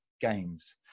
games